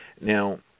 Now